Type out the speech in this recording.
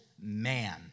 man